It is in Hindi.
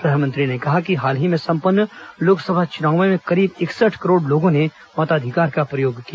प्रधानमंत्री ने कहा कि हाल ही में सम्पन्न लोकसभा चुनावों में करीब इकसठ करोड़ लोगों ने मताधिकार का उपयोग किया